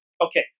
Okay